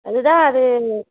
அது தான் அது